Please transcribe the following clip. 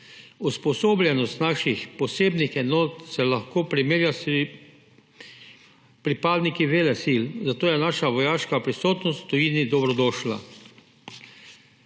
Usposobljenost naših posebnih enot se lahko primerja s pripadniki velesil, zato je naša vojaška prisotnost v tujini dobrodošla.